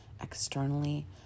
externally